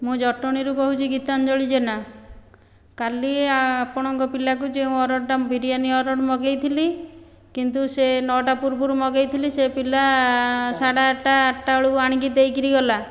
ମୁଁ ଜଟଣୀରୁ କହୁଚି ଗୀତାଞ୍ଜଳି ଜେନା କାଲି ଆପଣଙ୍କ ପିଲାକୁ ଯେଉଁ ଅର୍ଡ଼ରଟା ବିରିୟାନୀ ଅର୍ଡ଼ର ମଗାଇଥିଲି କିନ୍ତୁ ସେ ନଅଟା ପୂର୍ବରୁ ମଗାଇଥିଲି ସେ ପିଲା ସାଢ଼େ ଆଠଟା ଆଠଟା ବେଳକୁ ଆଣିକି ଦେଇକରି ଗଲା